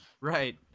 right